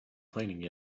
complaining